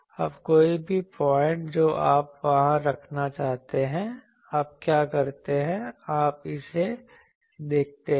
अब कोई भी पॉइंट जो आप वहां रखना चाहते हैं आप क्या करते हैं आप इसे देखते हैं